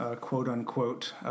quote-unquote